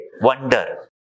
wonder